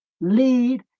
lead